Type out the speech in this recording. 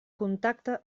contacta